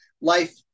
life